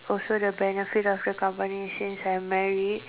also the benefit of the company since I'm married